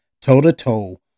toe-to-toe